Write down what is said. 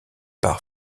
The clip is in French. par